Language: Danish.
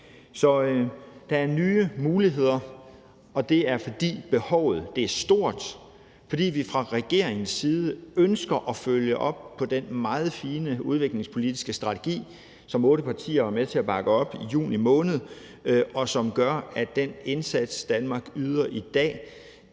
Så der er nye muligheder, og det er, fordi behovet er stort, fordi vi fra regeringens side ønsker at følge op på den meget fine udviklingspolitiske strategi, som otte partier var med til at bakke op i juni måned, og som gør, at den indsats, Danmark yder i dag,